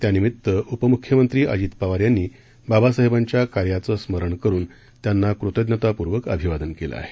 त्यानिमित्त उपमुख्यमंत्री अजित पवार यांनी बाबासाहेबांच्या कार्याचं स्मरण करुन त्यांना कृतज्ञतापूर्वक अभिवादन केलं आहे